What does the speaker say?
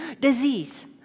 Disease